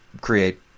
create –